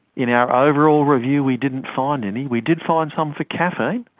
in our overall review we didn't find any. we did find some for caffeine.